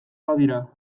badira